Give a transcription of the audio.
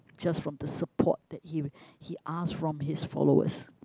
just from the support that he he asked from his followers